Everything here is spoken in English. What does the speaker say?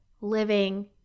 living